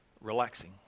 relaxing